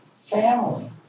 family